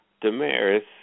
Damaris